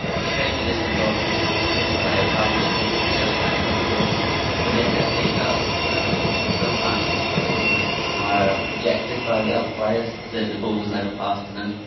which basically just involves the different players passing a ball to each other backwards and forwards. but they set things up so that sometimes the participants were rejected by the other players, the the ball was never passed to them.